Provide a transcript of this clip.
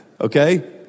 Okay